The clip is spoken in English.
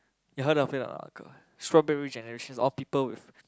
you heard of it or not uncle strawberry generations all people with